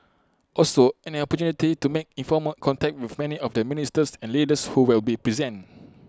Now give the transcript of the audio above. also an opportunity to make informal contact with many of the ministers and leaders who will be present